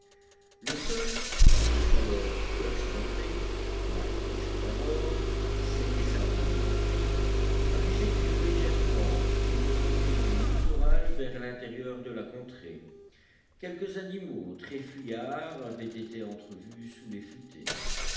le sol jusqu'alors peu accidenté marécageux d'abord sec et sablonneux ensuite accusait une légère pente qui remontait du littoral vers l'intérieur de la contrée quelques animaux très fuyards avaient été entrevus sous les futaies